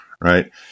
right